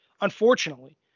unfortunately